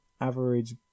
average